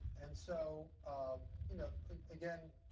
and so, um you know again,